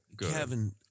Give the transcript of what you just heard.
Kevin